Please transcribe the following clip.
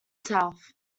south